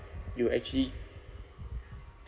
you'll actually